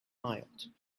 mild